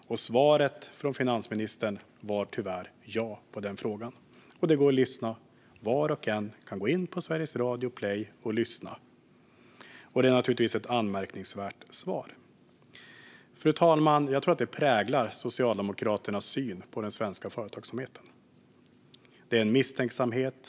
Svaret från finansministern var tyvärr ja på den frågan. Det går att lyssna på det. Var och en kan gå in på Sveriges Radio Play och göra det. Det är naturligtvis ett anmärkningsvärt svar. Fru talman! Jag tror att Socialdemokraternas syn på den svenska företagsamheten präglas av misstänksamhet.